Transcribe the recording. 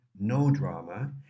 no-drama